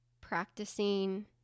practicing